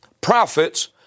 prophets